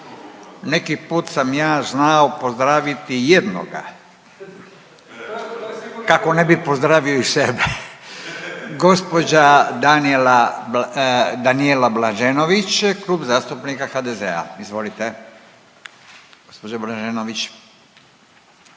Neki put sam ja znao pozdraviti jednoga kako ne bi pozdravio i sebe. Gospođa Danijela Blaženović Kluba zastupnika HDZ-a. Izvolite gospođa Blaženović,